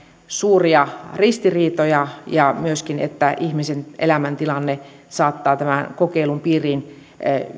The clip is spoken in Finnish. suuria ristiriitoja ja myöskin että ihmisen elämäntilanne saattaa tämän kokeilun piiriin